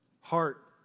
heart